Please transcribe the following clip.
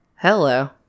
Hello